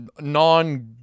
non